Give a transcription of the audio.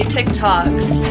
TikToks